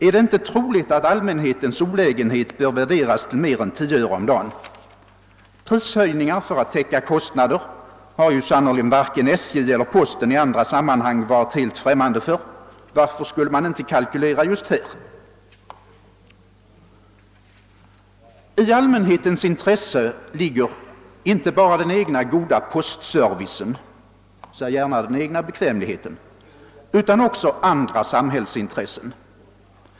Är det inte troligt att allmänhetens olägenhet bör värderas till mer än 10 öre per dag? Prishöjningar för att täcka kostnader har sannerligen varken SJ eller posten varit helt främmande för i andra sammanhang. Varför skulle man inte kalkylera i just detta fall? I allmänhetens intresse ligger inte bara den egna goda postservicen, säg gärna den egna bekvämligheten, utan också samhällsintressen.